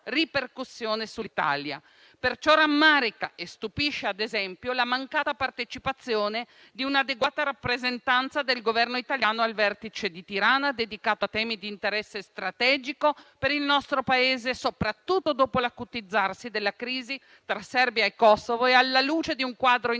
Perciò rammarica e stupisce, ad esempio, la mancata partecipazione di un'adeguata rappresentanza del Governo italiano al vertice di Tirana dedicato a temi di interesse strategico per il nostro Paese, soprattutto dopo l'acutizzarsi della crisi tra Serbia e Kosovo e alla luce di un quadro internazionale